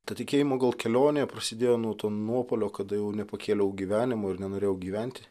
ta tikėjimo gal kelionė prasidėjo nuo to nuopuolio kada jau nepakėliau gyvenimo ir nenorėjau gyventi